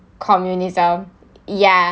communism ya